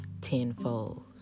tenfold